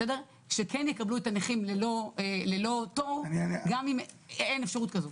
שכן יקבלו את הנכים ללא תור גם אם אין אפשרות כזאת.